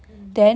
嗯